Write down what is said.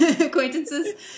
acquaintances